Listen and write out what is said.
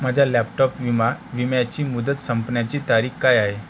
माझ्या लॅपटॉप विमा विम्याची मुदत संपण्याची तारीख काय आहे